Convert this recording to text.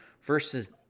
versus